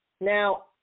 Now